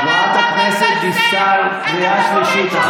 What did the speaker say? חברת הכנסת דיסטל, קריאה שנייה.